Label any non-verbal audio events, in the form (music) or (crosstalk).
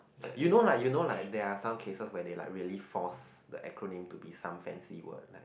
(noise) you know lah you know lah there are some cases where they like really force the acronym to be some fancy word like